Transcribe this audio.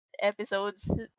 episodes